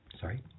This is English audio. sorry